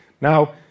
Now